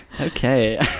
okay